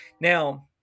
Now